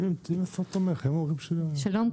שלום.